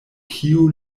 kiu